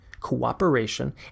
cooperation